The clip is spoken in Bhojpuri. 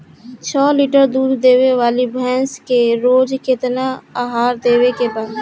छह लीटर दूध देवे वाली भैंस के रोज केतना आहार देवे के बा?